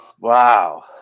Wow